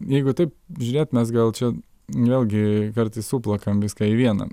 jeigu taip žiūrėt mes gal čia vėlgi kartais suplakam viską į vieną